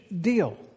deal